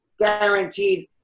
guaranteed